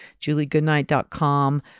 juliegoodnight.com